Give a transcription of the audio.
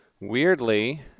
Weirdly